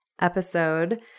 episode